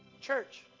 Church